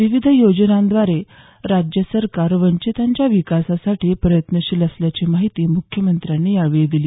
विविध योजनांद्वारे राज्य सरकार वंचितांच्या विकासासाठी प्रयत्नशील असल्याची माहिती मुख्यमंत्र्यांनी यावेळी दिली